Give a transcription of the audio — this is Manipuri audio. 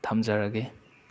ꯊꯝꯖꯔꯒꯦ